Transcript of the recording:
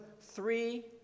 three